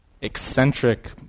eccentric